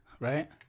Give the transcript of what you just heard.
Right